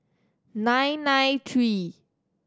nine nine three